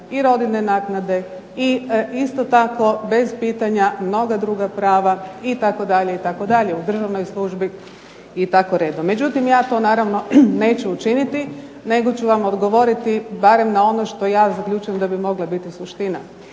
i rodiljne naknade i isto tako bez pitanja mnoga druga prava itd. itd. u državnoj službi i tako redom. Međutim, ja to naravno neću učiniti nego ću vam odgovoriti barem na ono što ja zaključujem da bi mogla biti suština.